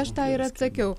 aš tą ir atsakiau